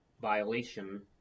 violation